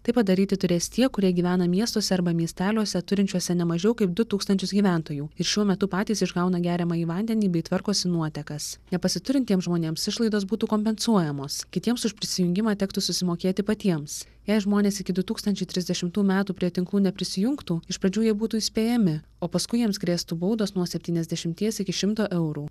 tai padaryti turės tie kurie gyvena miestuose arba miesteliuose turinčiuose ne mažiau kaip du tūkstančius gyventojų ir šiuo metu patys išgauna geriamąjį vandenį bei tvarkosi nuotekas nepasiturintiems žmonėms išlaidos būtų kompensuojamos kitiems už prisijungimą tektų susimokėti patiems jei žmonės iki du tūkstančiai trisdešimtų metų prie tinklų neprisijungtų iš pradžių jie būtų įspėjami o paskui jiems grėstų baudos nuo septyniasdešimties iki šimto eurų